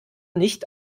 nicht